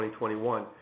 2021